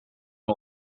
och